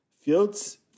Fields